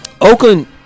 Oakland